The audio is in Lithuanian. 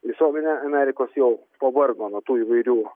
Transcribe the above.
visuomenė amerikos jau pavargo nuo tų įvairių